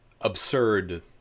absurd